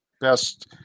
best